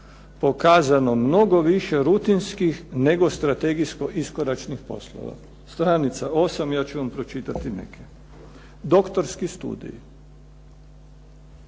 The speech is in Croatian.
pokazano mnogo više rutinskih, nego strategijsko iskoračnih poslova. Stranica 8, ja ću vam pročitati neke. Doktorski studij.